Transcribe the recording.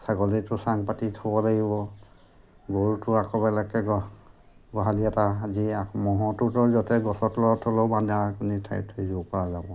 ছাগলীটো চাং পাতি থ'ব লাগিব গৰুটো আকৌ বেলেগকৈ গোহালি এটা সাজি ম'হৰতোতো য'তে গছৰ তলত হ'লেও বান্ধাখিনি ঠাইত কৰিব পৰা যাব